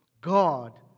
God